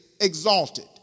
exalted